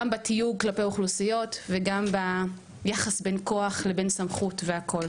גם בתיוג כלפי אוכלוסיות וגם ביחס בין כוח לבין סמכות והכול.